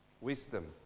wisdom